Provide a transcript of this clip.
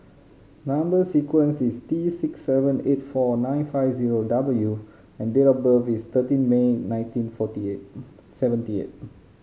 number sequence is T six seven eight four nine five zero W and date of birth is thirteen May nineteen forty eight seventy eight